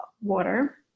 water